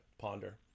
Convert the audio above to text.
ponder